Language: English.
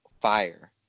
fire